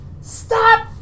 Stop